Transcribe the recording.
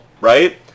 right